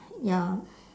ya